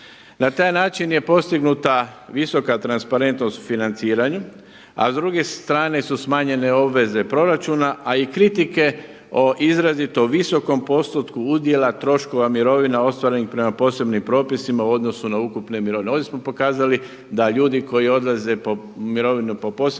Na taj način je postignuta visoka transparentnost u financiranju a s druge strane su smanjenje obveze proračuna a i kritike o izrazito visokom postotku udjela troškova mirovina ostvarenih prema posebnim propisima u odnosu na ukupne mirovine. Ovdje smo pokazali da ljudi koji odlaze u mirovinu po posebnim